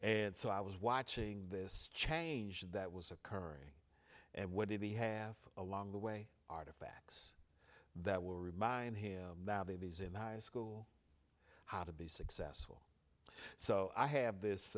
and so i was watching this change that was occurring and what did he have along the way artifacts that will remind him now that he's in high school how to be successful so i have this